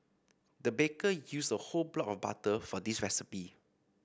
the baker used a whole block of butter for this recipe